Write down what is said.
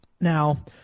now